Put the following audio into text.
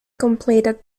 completed